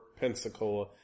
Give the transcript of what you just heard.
Pensacola